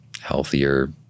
healthier